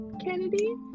Kennedy